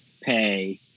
pay